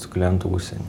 su klientu užsieny